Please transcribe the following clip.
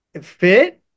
fit